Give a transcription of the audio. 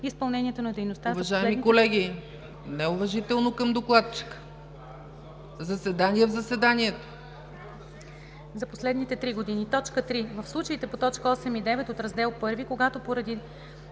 изпълнението на дейността